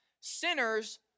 Sinners